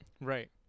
Right